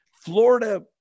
Florida